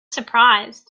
surprised